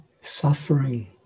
suffering